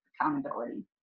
accountability